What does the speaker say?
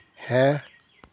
ᱦᱮᱸ